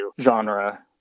genre